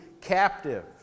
captive